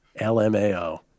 LMAO